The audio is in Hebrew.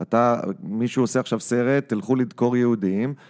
אתה, מישהו עושה עכשיו סרט, תלכו לדקור יהודים